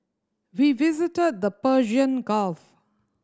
we visited the Persian Gulf